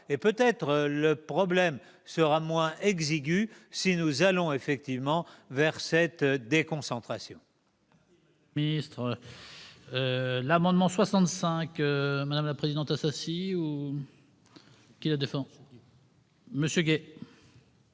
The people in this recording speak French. Peut-être le problème sera-t-il moins aigu si nous allons effectivement vers cette déconcentration.